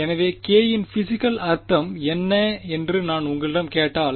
எனவே k இன் physical அர்த்தம் என்ன என்று நான் உங்களிடம் கேட்டால்